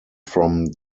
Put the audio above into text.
from